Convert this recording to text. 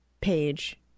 page